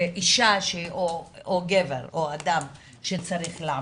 אישה או גבר, או אדם שצריך לעבוד.